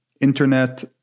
Internet